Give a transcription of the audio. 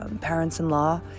parents-in-law